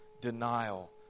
denial